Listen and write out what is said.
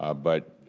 ah but